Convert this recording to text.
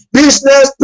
business